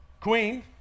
queen